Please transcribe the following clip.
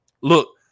Look